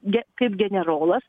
ge kaip generolas